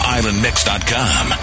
IslandMix.com